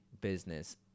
business